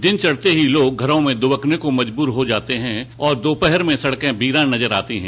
दिन चढ़ते ही लोग घरों में दुबकने को मजबूर हो जाते हैं और दोपहर में सड़के बीरान नजर आती है